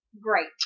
great